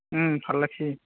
ওম ভাল লাগিছে